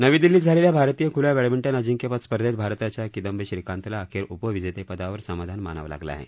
नवी दिल्लीत झालेल्या भारतीय खुल्या बॅडमिंटन अजिंक्यपद स्पर्धेत भारताच्या किंदंबी श्रीकांतला अखेर उपविजेतेपदावर समाधान मानावं लागलं आहे